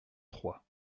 trois